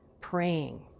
praying